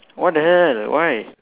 what the hell why